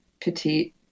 petite